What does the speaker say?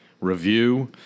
review